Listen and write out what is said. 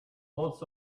lots